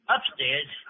Upstairs